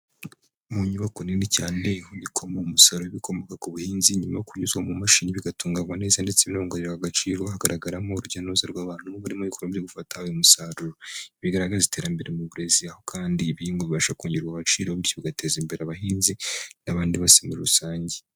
Mu nyubako nini cyane ihunikwamo umusaruro w'ibikomoka ku buhinzi, nyuma yo kunyuzwa mu mashini bigatunganywa neza, ndetse binongererwa agaciro, hagaragaramo urujya n'uruza rw'abantu bari mu bikorwa byo gufata uyu musaruro. Bigaragaza iterambere mu burezi, aho kandi ibi ngo bibasha kongererwa agaciro, bityo bigateza imbere abahinzi n'abandi bose muri rusange.